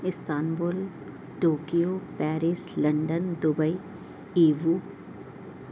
Istanbul Tokyo Paris London Dubai ایوو